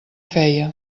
feia